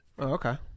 Okay